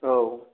औ